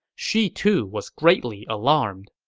she, too, was greatly alarmed